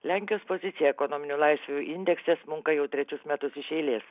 lenkijos pozicija ekonominių laisvių indekse smunka jau trečius metus iš eilės